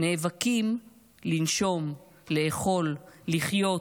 נאבקים לנשום, לאכול, לחיות,